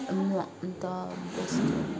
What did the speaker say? हामीलाई अन्त वस्तु